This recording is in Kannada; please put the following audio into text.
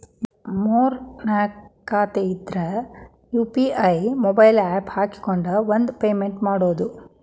ಮೂರ್ ನಾಕ್ ಖಾತೆ ಇದ್ರ ಯು.ಪಿ.ಐ ಮೊಬೈಲ್ ಆಪ್ ಹಾಕೊಂಡ್ ಒಂದ ಪೇಮೆಂಟ್ ಮಾಡುದು